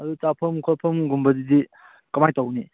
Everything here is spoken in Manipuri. ꯑꯗꯨ ꯆꯥꯐꯝ ꯈꯣꯠꯐꯝꯒꯨꯝꯕꯗꯨꯗꯤ ꯀꯃꯥꯏꯅ ꯇꯧꯒꯅꯤ